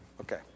okay